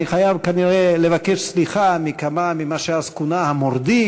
אני חייב כנראה לבקש סליחה מכמה ממי שאז כונו "המורדים",